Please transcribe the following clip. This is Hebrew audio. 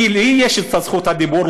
כי יש לי זכות דיבור,